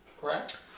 correct